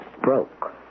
broke